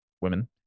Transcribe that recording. women